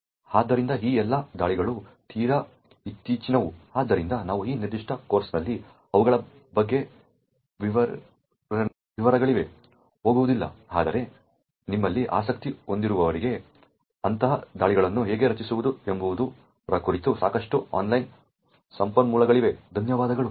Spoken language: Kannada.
ಆದ್ದರಿಂದ ಈ ಎಲ್ಲಾ ದಾಳಿಗಳು ತೀರಾ ಇತ್ತೀಚಿನವು ಆದ್ದರಿಂದ ನಾವು ಈ ನಿರ್ದಿಷ್ಟ ಕೋರ್ಸ್ನಲ್ಲಿ ಅವುಗಳ ಬಗ್ಗೆ ವಿವರಗಳಿಗೆ ಹೋಗುವುದಿಲ್ಲ ಆದರೆ ನಿಮ್ಮಲ್ಲಿ ಆಸಕ್ತಿ ಹೊಂದಿರುವವರಿಗೆ ಅಂತಹ ದಾಳಿಗಳನ್ನು ಹೇಗೆ ರಚಿಸುವುದು ಎಂಬುದರ ಕುರಿತು ಸಾಕಷ್ಟು ಆನ್ಲೈನ್ ಸಂಪನ್ಮೂಲಗಳಿವೆ ಧನ್ಯವಾದಗಳು